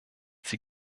sie